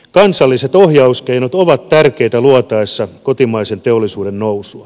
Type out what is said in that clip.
kansalliset ohjauskeinot ovat tärkeitä luotaessa kotimaisen teollisuuden nousua